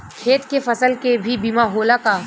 खेत के फसल के भी बीमा होला का?